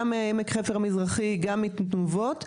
כלומר, גם עמק חפר המזרחי וגם את תנובות,